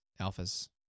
Alphas